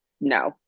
no